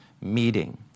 meeting